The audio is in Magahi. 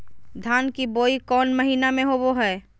धान की बोई कौन महीना में होबो हाय?